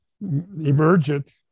emergent